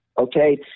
okay